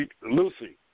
Lucy